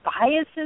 biases